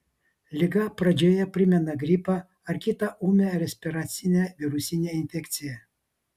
liga pradžioje primena gripą ar kitą ūmią respiracinę virusinę infekciją